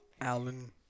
Alan